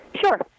Sure